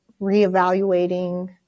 reevaluating